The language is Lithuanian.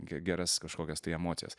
ge geras kažkokias tai emocijas